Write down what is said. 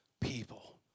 people